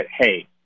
hey